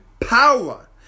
power